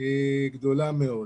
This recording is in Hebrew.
גדולה מאוד.